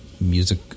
music